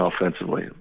offensively